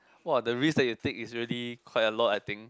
!wah! the risk that you take is really quite a lot I think